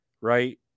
right